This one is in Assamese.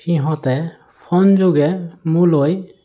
সিহঁতে ফোন যোগে মোলৈ